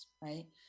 right